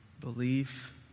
belief